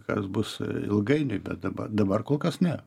kas bus ilgainiui bet dabar dabar kol kas ne